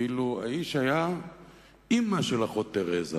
כאילו האיש היה אמא של אחות תרזה.